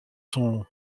sont